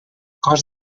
cos